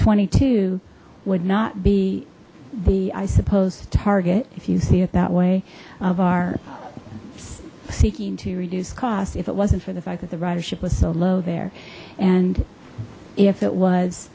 twenty two would not be the i suppose target if you see it that way of our seeking to reduce cost if it wasn't for the fact that the ridership was so low there and if it was